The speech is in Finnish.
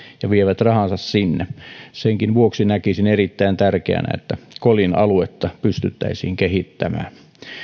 ja vievät rahansa sinne senkin vuoksi näkisin erittäin tärkeänä että kolin aluetta pystyttäisiin kehittämään